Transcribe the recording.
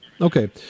Okay